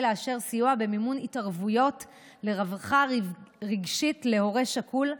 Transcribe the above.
לאשר סיוע במימון התערבויות לרווחה רגשית להורה שכול,